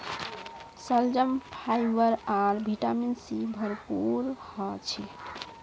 शलजम फाइबर आर विटामिन से भरपूर ह छे